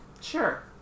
Sure